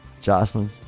Jocelyn